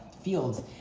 fields